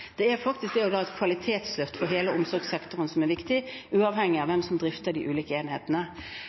Det er jo et kvalitetsløft for hele omsorgssektoren som er viktig, uavhengig av hvem som drifter de ulike enhetene,